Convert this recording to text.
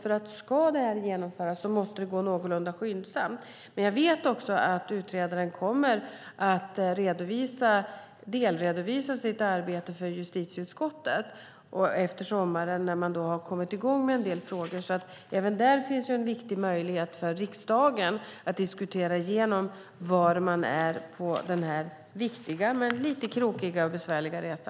Om det ska genomföras måste det gå någorlunda snabbt. Jag vet att utredaren kommer att delredovisa sitt arbete för justitieutskottet efter sommaren när man kommit i gång med en del frågor. Även där finns goda möjligheter för riksdagen att diskutera var arbetet befinner sig på denna viktiga men lite krokiga och besvärliga resa.